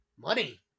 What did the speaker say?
money